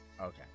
okay